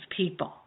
people